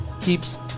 keeps